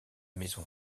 maison